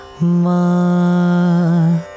Ma